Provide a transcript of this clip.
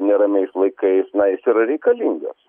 neramiais laikais na jis yra reikalingas